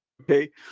Okay